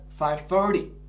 5.30